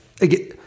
again